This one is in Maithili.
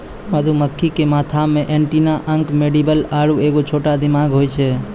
मधुमक्खी के माथा मे एंटीना अंक मैंडीबल आरु एगो छोटा दिमाग होय छै